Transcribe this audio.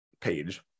page